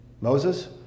Moses